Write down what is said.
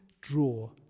draw